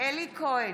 אלי כהן,